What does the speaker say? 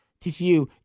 TCU